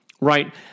right